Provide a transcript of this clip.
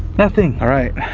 nothing! all right.